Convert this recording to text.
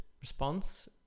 response